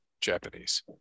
Japanese